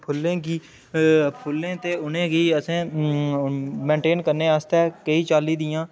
फुल्लें गी फुल्लें ते उ'नें गी असें मेंटेन करने आस्तै केईं चाल्ली दियां